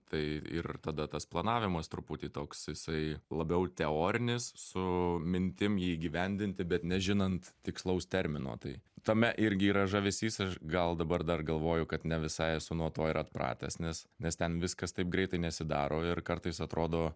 tai ir tada tas planavimas truputį toks jisai labiau teorinis su mintim jį įgyvendinti bet nežinant tikslaus termino tai tame irgi yra žavesys aš gal dabar dar galvoju kad ne visai esu nuo to ir atpratęs nes nes ten viskas taip greitai nesidaro ir kartais atrodo